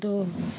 दो